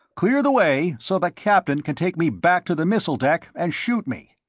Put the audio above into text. clear the way so the captain can take me back to the missile deck and shoot me.